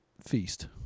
feast